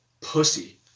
pussy